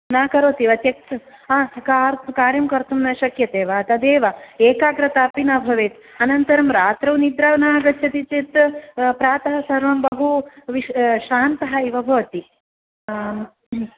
न करोति वा त्यक् कार्य् कार्यं कर्तुं न शक्यते वा तदेव एकाग्रता अपि न भवेत् अनन्तरं रात्रौ निद्रा नागच्छति चेत् प्रातः सर्वं बहु विश् श्रान्तः इव भवति ह्म्